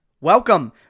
Welcome